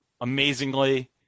amazingly